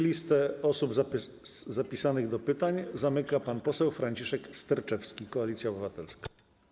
Listę osób zapisanych do pytań zamyka pan poseł Franciszek Sterczewski, Koalicja Obywatelska.